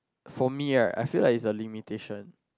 for me right I feel like it's a limitation